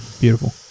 Beautiful